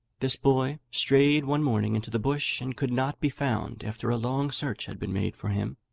this boy strayed one morning into the bush, and could not be found after a long search had been made for him.